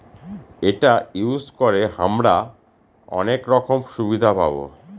এটা ইউজ করে হামরা অনেক রকম সুবিধা পাবো